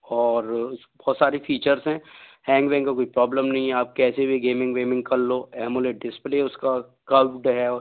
और बहुत सारे फ़ीचर्स हैं हैंग वैंग का कोई प्रॉब्लम नहीं है आपके ऐसे गेमिंग वेमिंग कर लो एमोलेड डिस्प्ले है उसका कर्व्ड है